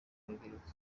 rubyiruko